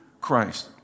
Christ